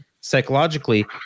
psychologically